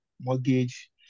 mortgage